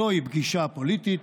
זוהי פגישה פוליטית,